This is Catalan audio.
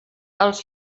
els